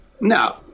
no